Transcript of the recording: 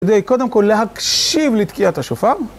כדי, קודם כל להקשיב לתקיעת השופר.